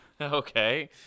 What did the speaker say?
Okay